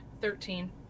Thirteen